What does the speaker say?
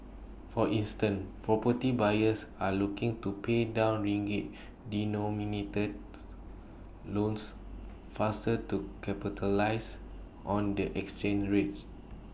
for instance property buyers are looking to pay down ringgit denominated loans faster to capitalise on the exchange rates